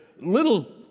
little